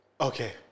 Okay